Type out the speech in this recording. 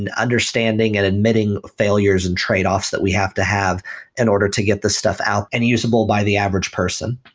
and understanding and admitting failures and trade-offs that we have to have in order to get the stuff out and usable by the average person.